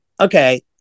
okay